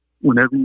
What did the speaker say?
whenever